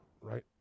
right